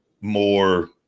more